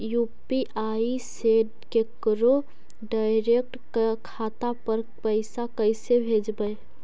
UPI से केकरो direct खाता पर पैसा कैसे भेजबै?